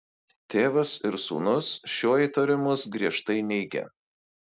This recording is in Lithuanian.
tėvas ir sūnus šiuo įtarimus griežtai neigia